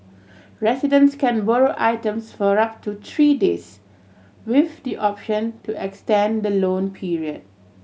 residents can borrow items for up to three days with the option to extend the loan period